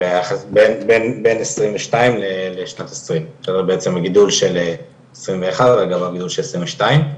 זה גידול של שנת 2021 ו-2022.